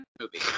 movie